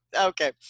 okay